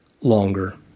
longer